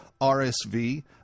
rsv